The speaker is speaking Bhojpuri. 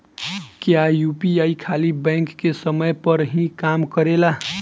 क्या यू.पी.आई खाली बैंक के समय पर ही काम करेला?